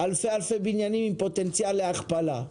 יש אלפי-אלפי בניינים עם פוטנציאל להכפלה.